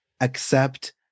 accept